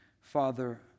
Father